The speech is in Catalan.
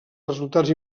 resultats